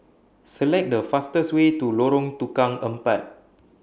Select The fastest Way to Lorong Tukang Empat